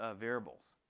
ah variables.